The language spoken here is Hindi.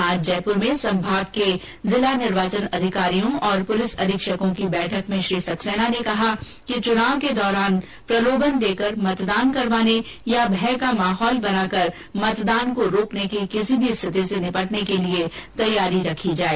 आज उदयपुर में संभाग के जिला निर्वाचन अधिकारियों और पुलिस अधीक्षकों की बैठक में श्री सक्सैना ने कहा कि चुनाव के दौरान प्रलोभन देकर मतदान करवाने या भय का माहौल बनाकर मतदान को रोकने की किसी भी स्थिति से निपटने के लिए तैयारी रखें